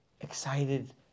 excited